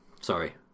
Sorry